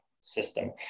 system